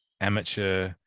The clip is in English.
amateur